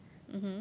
mmhmm